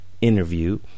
interview